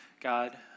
God